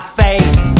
face